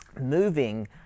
moving